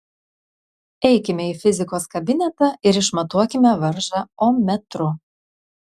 eikime į fizikos kabinetą ir išmatuokime varžą ommetru